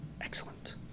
Excellent